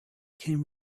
came